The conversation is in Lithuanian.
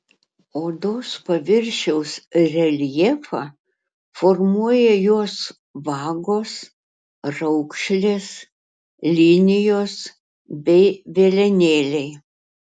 odos paviršiaus reljefą formuoja jos vagos raukšlės linijos bei velenėliai